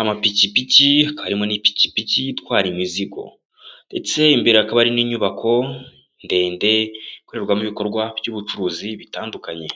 amapikipiki hakaba harimo n'ipikipiki itwara imizigo. Ndetse imbere hakaba hari n'inyubako ndende, ikorerwamo ibikorwa by'ubucuruzi bitandukanye.